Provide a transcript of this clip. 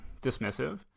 dismissive